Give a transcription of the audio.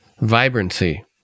vibrancy